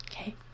okay